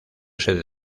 sede